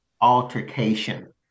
altercation